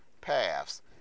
paths